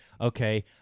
okay